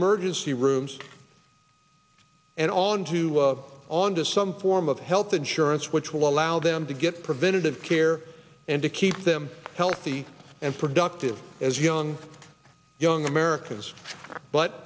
emergency rooms and onto on to some form of health insurance which will allow them to get preventative care and to keep them healthy and productive as young young americans but